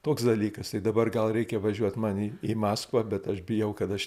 toks dalykas tai dabar gal reikia važiuoti man į į maskvą bet aš bijau kad aš